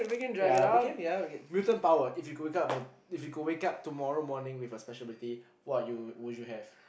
ya we can ya mutant power if you could wake up with a if you could wake up tomorrow morning with a special ability what you would you have